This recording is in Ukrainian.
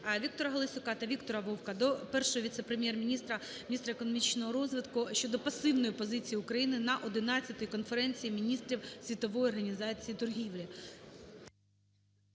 ВіктораГаласюка та Віктора Вовка до першого віце-прем'єр-міністра - міністра економічного розвитку щодо пасивної позиції України на 11-й Конференції міністрів Світової організації торгівлі.